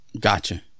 Gotcha